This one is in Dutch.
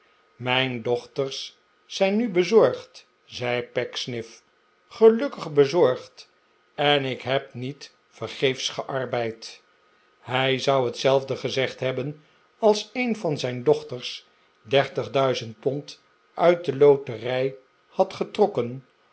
mijn dochters zijn nu bezorgd zei pecksniff gelukkig bezorgd en ik heb niet vergeefs gearbeid hij zou hetzelfde gezegd hebben als een van zijn dochters dertig duizend pond uit de loterij had getrokken